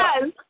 Yes